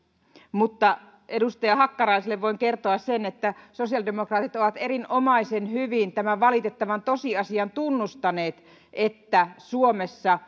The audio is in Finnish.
mutta edustaja hakkaraiselle voin kertoa sen että sosiaalidemokraatit ovat erinomaisen hyvin tunnustaneet tämän valitettavan tosiasian että suomessa